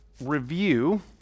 review